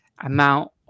amount